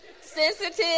sensitive